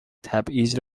تبعیض